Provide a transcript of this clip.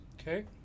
okay